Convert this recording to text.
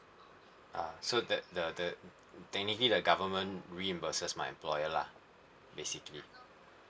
uh so that the the technically government reimburses my employer lah basically